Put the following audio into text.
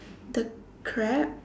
the crab